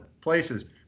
places